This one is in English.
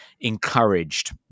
encouraged